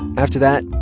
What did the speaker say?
after that,